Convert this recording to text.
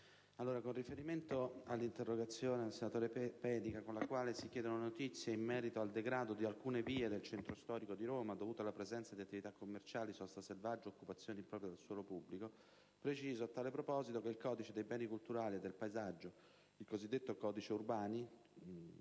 con riferimento all'interrogazione a prima firma del senatore Pedica, con la quale si chiedono notizie in merito al degrado di alcune vie del centro storico di Roma dovuto alla presenza di attività commerciali, sosta selvaggia e occupazione impropria di suolo pubblico, preciso che il Codice dei beni culturali e del paesaggio - cosiddetto Codice Urbani